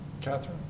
Catherine